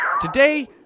Today